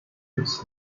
its